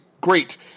great